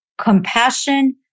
compassion